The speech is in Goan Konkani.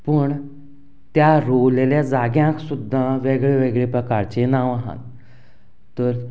पूण त्या रोंवलेल्या जाग्याक सुद्दां वेगवेगळ्या प्रकारचीं नांवां आहा तर